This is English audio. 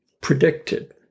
predicted